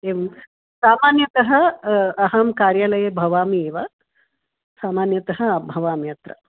एवं सामान्यतः अहं कार्यालये भवामि एव सामान्यतः भवामि अत्र